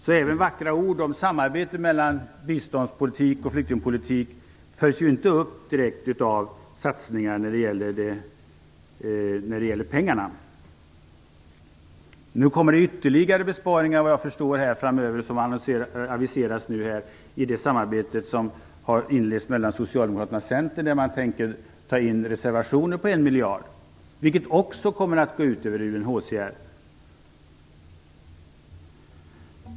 Så de vackra orden om samarbete mellan biståndspolitik och flyktingpolitik följs inte direkt upp i satsningar när det gäller pengar. Nu aviseras det ytterligare besparingar, såvitt jag förstår, framöver inom ramen för det samarbete som inletts mellan Socialdemokraterna och Centern. Man tänker dra in reservationer på 1 miljard, vilket också kommer att gå ut över UNHCR.